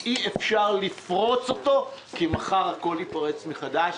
אי-אפשר לפרוץ אותו כי מחר הכול ייפרץ מחדש.